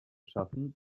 schaffen